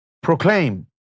proclaim